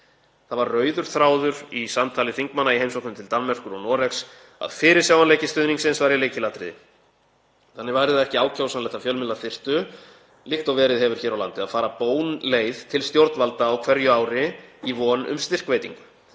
Það var rauður þráður í samtali þingmanna í heimsóknum til Danmerkur og Noregs að fyrirsjáanleiki stuðningsins væri lykilatriði. Þannig væri það ekki ákjósanlegt að fjölmiðlar þyrftu, líkt og verið hefur hér á landi, að fara bónveg til stjórnvalda á hverju ári í von um styrkveitingu.